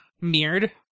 mirrored